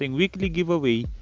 weekly giveaway